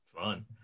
Fun